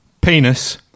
penis